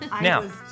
Now